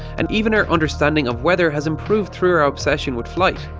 and even our understanding of weather has improved through our obsession with flight,